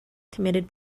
committed